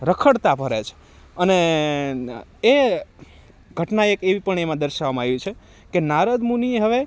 રખડતાં ફરે છે અને એ ઘટના એક એવી પણ એમાં દર્શાવવામાં આવી છે કે નારદમુનિ હવે